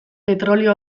petrolio